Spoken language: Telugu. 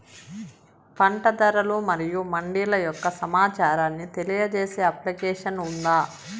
పంట ధరలు మరియు మండీల యొక్క సమాచారాన్ని తెలియజేసే అప్లికేషన్ ఉందా?